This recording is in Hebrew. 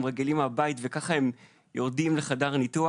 רגילים מהבית וככה הם יורדים לחדר הניתוח.